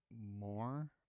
more